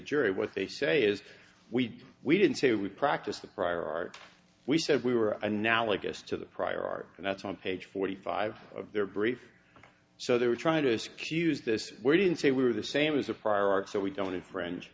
what they say is we we didn't say we practiced the prior art we said we were analogous to the prior art and that's on page forty five of their brief so they were trying to excuse this we didn't say we were the same as a prior art so we don't infringe